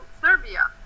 Serbia